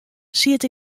siet